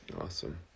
awesome